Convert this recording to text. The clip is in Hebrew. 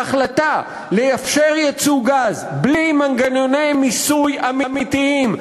ההחלטה לאפשר ייצוא גז בלי מנגנוני מיסוי אמיתיים,